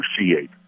negotiate